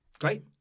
Great